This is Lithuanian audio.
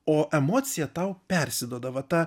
o emocija tau persiduoda va ta